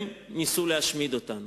הם ניסו להשמיד אותנו.